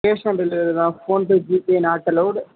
cash on delivery தான் PhonePe GPay not allowed